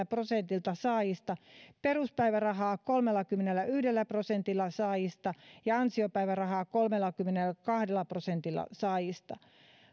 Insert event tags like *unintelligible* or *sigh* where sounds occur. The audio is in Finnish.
*unintelligible* prosentilta saajista peruspäivärahaa kolmeltakymmeneltäyhdeltä prosentilta saajista ja ansiopäivärahaa kolmeltakymmeneltäkahdelta prosentilta saajista